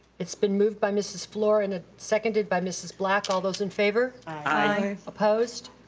it's been moved by mrs. fluor, and ah seconded by mrs. black. all those in favor? aye. opposed?